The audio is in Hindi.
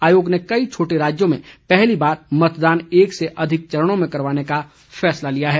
आयोग ने कई छोटे राज्यों में पहली बार मतदान एक से ज्यादा चरणों में करवाने का फैसला लिया है